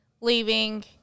leaving